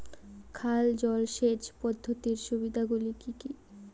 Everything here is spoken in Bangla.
খাল জলসেচ পদ্ধতির সুবিধাগুলি কি কি?